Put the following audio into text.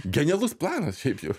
genialus planas šiaip jau